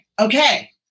okay